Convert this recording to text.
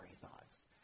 thoughts